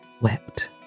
wept